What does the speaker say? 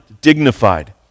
dignified